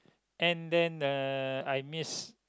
and then uh I miss